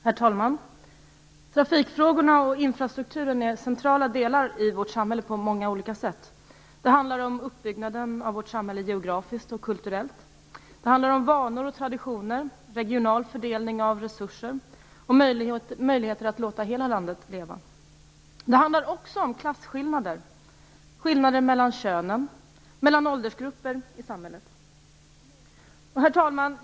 Herr talman! Trafikfrågorna och infrastrukturen är centrala delar i vårt samhälle på många sätt. Det handlar om uppbyggnaden av vårt samhälle geografiskt och kulturellt, vanor och traditioner, regional fördelning av resurser och möjligheter att låta hela landet leva. Det handlar också om klasskillnader, skillnader mellan könen och mellan åldersgrupper i samhället. Herr talman!